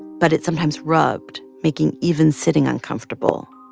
but it sometimes rubbed, making even sitting uncomfortable.